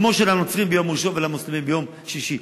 כמו שלנוצרים ביום ראשון ולמוסלמים ביום שישי.